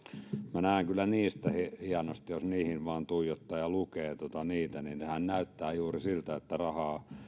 minä näen kyllä niistä hienosti jos niihin vain tuijottaa ja lukee niitä niin nehän näyttävät juuri siltä että rahaa